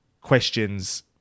questions